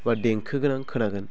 बा देंखो गोनां खोनागोन